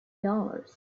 dollars